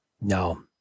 no